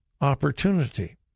opportunity